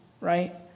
right